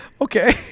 Okay